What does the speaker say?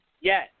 Yes